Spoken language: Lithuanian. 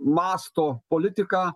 masto politiką